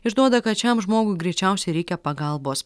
išduoda kad šiam žmogui greičiausiai reikia pagalbos